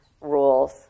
rules